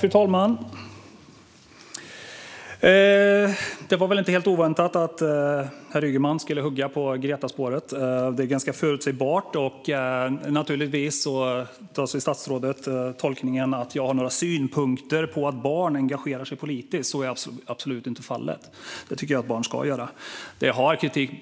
Fru talman! Det var väl inte helt oväntat att herr Ygeman skulle hugga på Gretaspåret. Det är ganska förutsägbart. Naturligtvis tolkar statsrådet det som att jag har synpunkter på att barn engagerar sig politiskt. Så är absolut inte fallet. Det tycker jag att barn ska göra. Det jag kritiserar